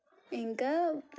ఇంకా